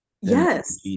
yes